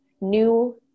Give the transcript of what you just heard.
new